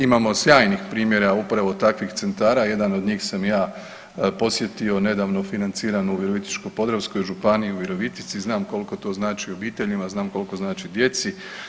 Imamo sjajnih primjera upravo takvih centara, jedan od njih sam i ja posjetio, nedavno financirano u Virovitičko-podravskoj županiji u Virovitici, znam koliko to znači obiteljima, znam koliko znači djeci.